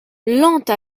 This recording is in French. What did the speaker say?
lente